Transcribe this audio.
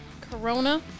corona